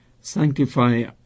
sanctify